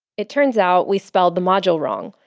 it turns out we spelled the module wrong,